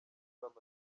bamaze